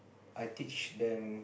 I teach them